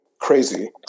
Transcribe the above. crazy